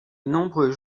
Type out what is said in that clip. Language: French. nombreux